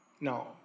now